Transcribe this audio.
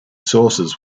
sources